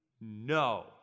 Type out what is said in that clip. no